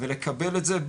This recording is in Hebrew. ולקבל את זה,